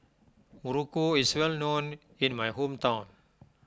Muruku is well known in my hometown